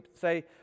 say